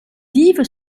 vivent